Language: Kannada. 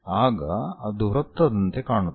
ಆಗ ಅದು ವೃತ್ತದಂತೆ ಕಾಣುತ್ತದೆ